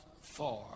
far